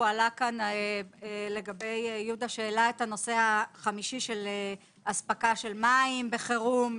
העלה את הנושא החמישי של אספקה של מים בחירום.